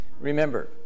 Remember